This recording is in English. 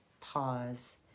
pause